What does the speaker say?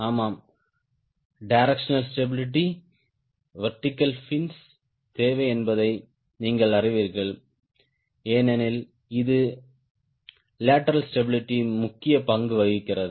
ஆமாம் directional stability vertical fins தேவை என்பதை நீங்கள் அறிவீர்கள் ஏனெனில் இது லெட்டரல் ஸ்டாபிளிட்டி முக்கிய பங்கு வகிக்கிறது